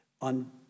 on